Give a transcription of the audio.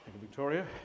Victoria